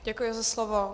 Děkuji za slovo.